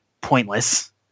Pointless